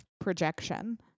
projection